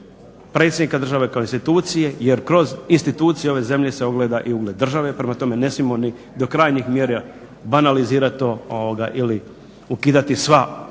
predsjednika države kao institucije, jer kroz instituciju ove zemlje se ogleda i ugled države. Prema tome ne smijemo ni do krajnjih mjera banalizirat to ili ukidati sva